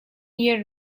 year